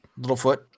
Littlefoot